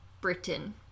Britain